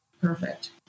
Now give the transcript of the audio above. perfect